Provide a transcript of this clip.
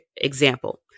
Example